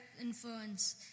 influence